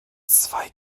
zwei